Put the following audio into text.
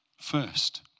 first